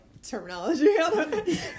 terminology